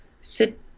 sit